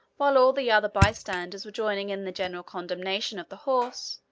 while all the other by-standers were joining in the general condemnation of the horse,